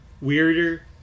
weirder